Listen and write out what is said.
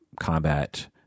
combat